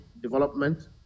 development